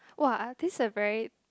!wah! this a very